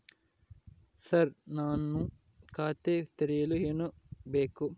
Sir ನಾನು ಖಾತೆ ತೆರೆಯಲು ಏನು ಬೇಕು?